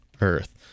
earth